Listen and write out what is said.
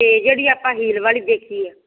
ਅਤੇ ਜਿਹੜੀ ਆਪਾਂ ਹੀਲ ਵਾਲੀ ਦੇਖੀ ਆ